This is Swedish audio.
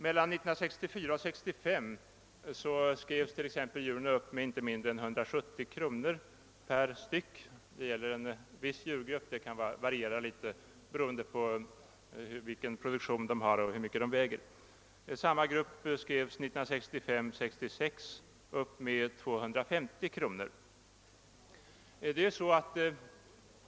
Mellan 1964 och 1965 skrevs t.ex. djur upp med inte mindre än 170 kronor per styck — det gäller en viss djurgrupp; det kan variera litet beroende på vilken produktion de har och hur mycket de väger — och samma grupp skrevs upp från 1965 till 1966 med 150 kronor per styck.